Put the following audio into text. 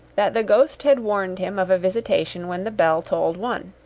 that the ghost had warned him of a visitation when the bell tolled one.